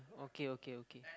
okay okay okay